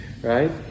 Right